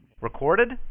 Recorded